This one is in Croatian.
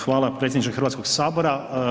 Hvala predsjedniče Hrvatskog sabora.